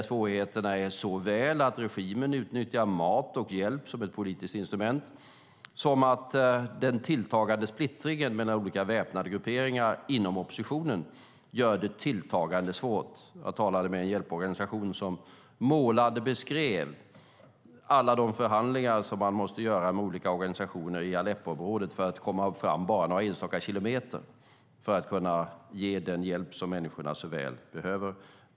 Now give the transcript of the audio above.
Svårigheten är dels att regimen använder mat och hjälp som ett politiskt instrument, dels att splittringen mellan olika väpnade grupperingar inom oppositionen tilltar. Jag talade med en hjälporganisation som målande beskrev alla de förhandlingar de måste ha med olika organisationer i Aleppoområdet för att ta sig fram några enstaka kilometer och kunna ge den hjälp som människorna så väl behöver.